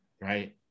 right